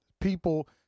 people